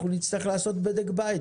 אנחנו נצטרך לעשות בדק בית,